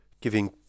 giving